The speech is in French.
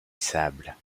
sable